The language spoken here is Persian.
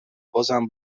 بازم